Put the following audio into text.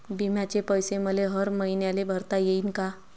बिम्याचे पैसे मले हर मईन्याले भरता येईन का?